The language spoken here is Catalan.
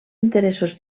interessos